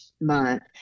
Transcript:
month